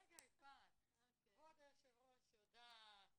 כבוד היושבת ראש יודעת